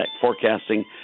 forecasting